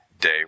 day